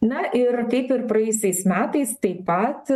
na ir kaip ir praėjusiais metais taip pat